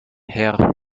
herr